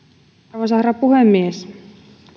arvoisa herra puhemies